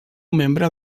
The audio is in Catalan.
membre